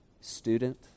Student